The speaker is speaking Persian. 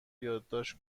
یادداشت